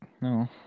no